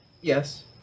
Yes